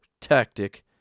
tactic